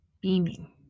beaming